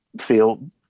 feel